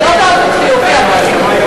לא באופן חיובי אבל.